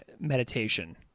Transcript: meditation